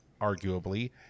arguably